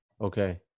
Okay